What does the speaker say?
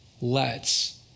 lets